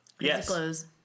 Yes